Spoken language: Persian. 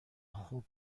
خوب